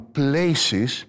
places